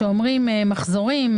כשאומרים "מחזורים"